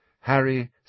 Harry—